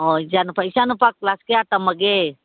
ꯑꯣ ꯏꯆꯥ ꯅꯨꯄꯥ ꯏꯆꯥ ꯅꯨꯄꯥ ꯀ꯭ꯂꯥꯁ ꯀꯌꯥ ꯇꯝꯃꯒꯦ